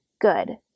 good